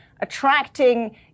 attracting